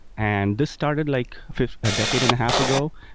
and this started like a decade and a half ago,